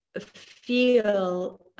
feel